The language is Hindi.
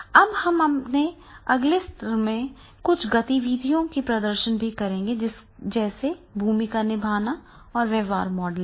अब हम अपने अगले सत्र में कुछ गतिविधियों का प्रदर्शन भी करेंगे जैसे भूमिका निभाना और व्यवहार मॉडलिंग